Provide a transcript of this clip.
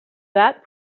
that